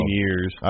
years